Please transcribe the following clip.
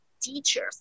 teachers